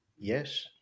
Yes